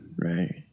Right